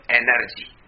energy